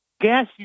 Gas